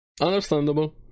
Understandable